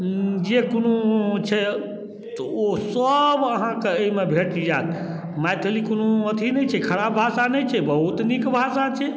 जे कोनो छै तऽ ओ सभ अहाँके अएहिमे भेट जायत मैथिली कोनो अथी नहि छै खराब भाषा नहि छै बहुत नीक भाषा छै